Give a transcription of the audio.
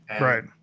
right